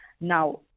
Now